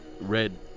red